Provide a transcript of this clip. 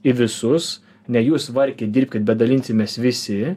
į visus ne jūs varkit dirbkit bet dalinsimės visi